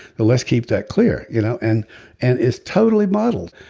let's keep that clear. you know and and is totally modeled.